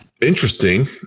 interesting